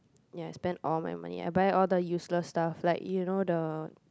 ya spend all my money I buy all the useless stuff like you know the